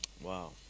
Wow